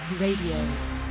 Radio